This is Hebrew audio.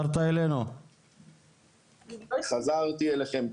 רז קינסטליך.